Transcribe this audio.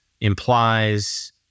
implies